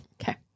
Okay